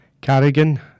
Carrigan